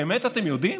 באמת אתם יודעים?